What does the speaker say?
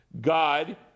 God